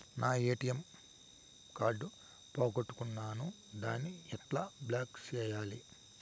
నా ATM card పోగొట్టుకున్నాను, దాన్ని ఎట్లా బ్లాక్ సేయాలి?